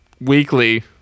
weekly